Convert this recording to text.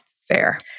Fair